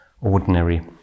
ordinary